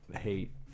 hate